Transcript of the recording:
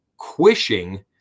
quishing